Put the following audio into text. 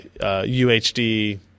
UHD